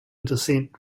descent